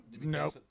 No